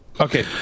Okay